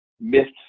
myths